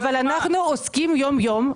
אבל אנחנו עוסקים יום יום,